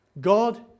God